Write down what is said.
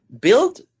build